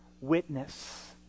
witness